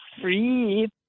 free